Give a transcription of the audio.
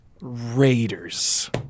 Raiders